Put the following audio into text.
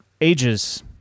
ages